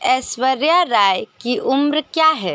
ऐश्वर्या राय की उम्र क्या है